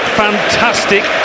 fantastic